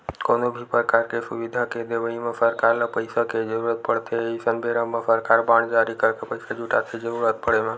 कोनो भी परकार के सुबिधा के देवई म सरकार ल पइसा के जरुरत पड़थे अइसन बेरा म सरकार बांड जारी करके पइसा जुटाथे जरुरत पड़े म